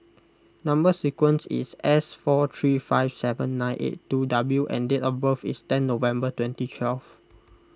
Number Sequence is S four three five seven nine eight two W and date of birth is ten November twenty twelve